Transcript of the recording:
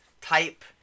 type